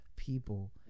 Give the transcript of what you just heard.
people